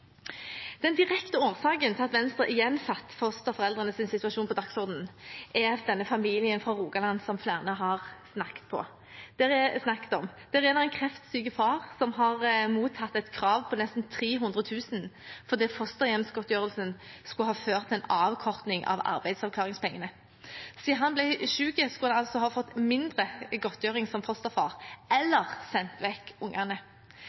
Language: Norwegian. Den direkte årsaken til at Venstre igjen satte fosterforeldrenes situasjon på dagsordenen, er denne familien fra Rogaland som flere har snakket om. Der er det en kreftsyk far som har mottatt et krav på nesten 300 000 kr fordi fosterhjemsgodtgjørelsen skulle ha ført til en avkorting av arbeidsavklaringspenger. Siden han ble syk, skulle han altså ha fått mindre godtgjøring som fosterfar – eller sendt vekk ungene.